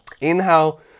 Inhale